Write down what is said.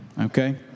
Okay